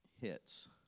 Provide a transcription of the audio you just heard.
hits